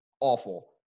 Awful